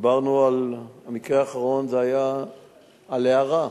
דיברנו על המקרה האחרון, זה היה על הערה,